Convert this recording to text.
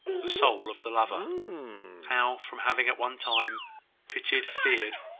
the soul of the lover how, from having at one time pitied, feared,